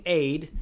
aid